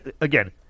again